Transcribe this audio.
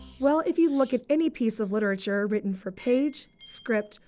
well, if you look at any piece of literature written for page, script,